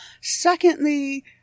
Secondly